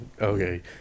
Okay